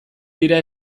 dira